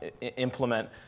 implement